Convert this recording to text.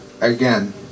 again